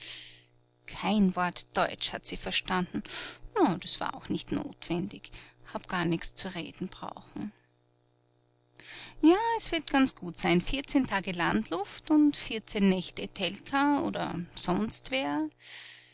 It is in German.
kein wort deutsch hat sie verstanden aber das war auch nicht notwendig hab gar nichts zu reden brauchen ja es wird ganz gut sein vierzehn tage landluft und vierzehn nächt etelka oder sonstwer aber